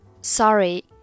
Sorry